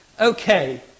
Okay